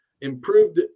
improved